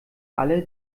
alle